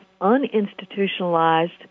uninstitutionalized